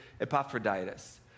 Epaphroditus